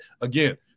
Again